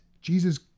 Jesus